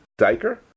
diker